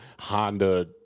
Honda